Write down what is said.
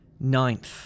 Ninth